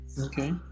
Okay